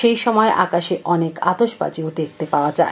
সেই সময় আকাশে অনেক আতসবাজিও দেখতে পাওয়া যায়